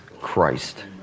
Christ